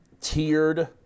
tiered